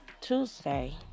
Tuesday